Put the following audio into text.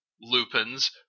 Lupin's